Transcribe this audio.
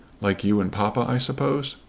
like you and papa, i suppose.